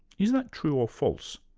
is that true or false?